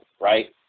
right